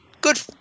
good